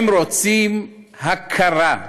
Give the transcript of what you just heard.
הם רוצים הכרה.